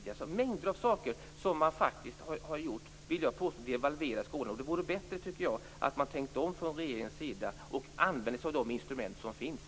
Jag vill påstå att mängder av åtgärder som regeringen har vidtagit faktiskt devalverar skolan. Det vore bättre att regeringen tänkte om och använde sig av de instrument som finns.